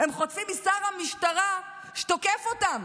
הם חוטפים משר המשטרה, שתוקף אותם